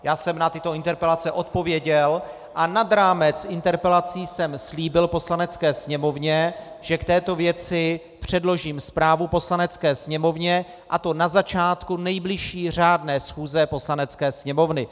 Já jsem na tyto interpelace odpověděl a nad rámec interpelací jsem slíbil Poslanecké sněmovně, že k této věci předložím zprávu Poslanecké sněmovně, a to na začátku nejbližší řádné schůze Poslanecké sněmovny.